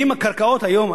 הקרקעות היום,